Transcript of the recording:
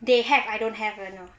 they have I don't have